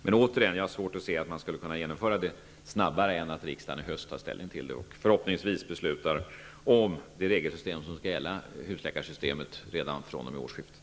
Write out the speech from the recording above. Men återigen har jag svårt att se att det här skulle kunna genomföras snabbare än att riksdagen i höst tar ställning till frågan och förhoppningsvis beslutar om det regelsystem som skall gälla för husläkare redan från årsskiftet.